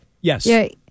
Yes